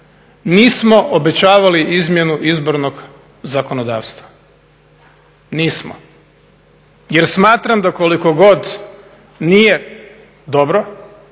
nismo obećavali izmjenu izbornog zakonodavstva. Nismo jer smatram da koliko god nije dobro,